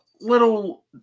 little